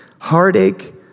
heartache